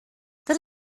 the